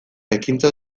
ekintza